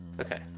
Okay